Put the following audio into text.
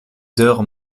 heures